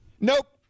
Nope